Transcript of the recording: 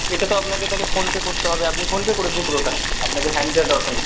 এটা তো আপনাকে তাহলে ফোনপে করতে হবে আপনি ফোনপে করে দিন পুরোটা আপনাকে হ্যান্ড দেওয়ার দরকার নেই